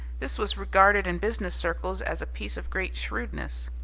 this was regarded in business circles as a piece of great shrewdness.